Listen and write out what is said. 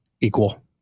equal